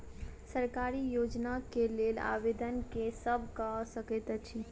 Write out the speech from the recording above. सरकारी योजना केँ लेल आवेदन केँ सब कऽ सकैत अछि?